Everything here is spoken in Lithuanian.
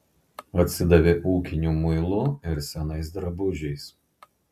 atsidavė ūkiniu muilu ir senais drabužiais